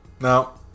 Now